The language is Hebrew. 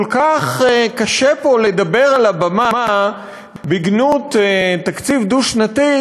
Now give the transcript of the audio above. כל כך קשה פה לדבר על הבמה בגנות תקציב דו-שנתי,